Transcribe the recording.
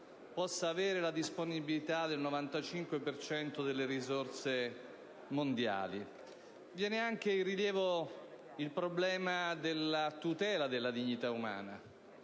può avere la disponibilità del 95 per cento delle risorse mondiali. Viene anche in rilievo il problema della tutela della dignità umana: